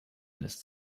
lässt